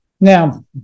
Now